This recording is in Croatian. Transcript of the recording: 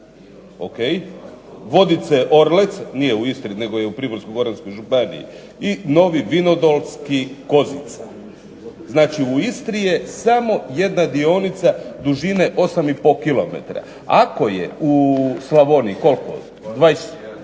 Vodice-Orlec, nije u Istri nego je u Primorsko-goranskoj županiji i Novi Vinodolski-Kozica. Znači u Istri je samo jedna dionica dužine 8,5 kilometara. Ako je u Slavoniji koliko 21